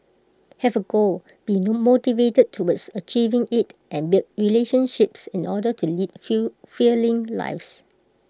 have A goal be no motivated towards achieving IT and build relationships in order to lead feel feeling lives